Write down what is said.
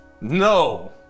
No